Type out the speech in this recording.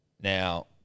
Now